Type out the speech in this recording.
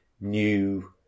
new